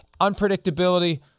Unpredictability